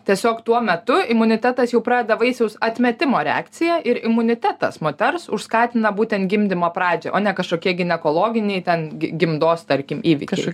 tiesiog tuo metu imunitetas jau pradeda vaisiaus atmetimo reakciją ir imunitetas moters užskatina būtent gimdymo pradžią o ne kažkokie ginekologiniai ten gimdos tarkim įvykiai